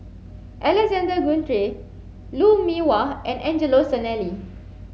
Alexander Guthrie Lou Mee Wah and Angelo Sanelli